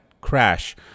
crash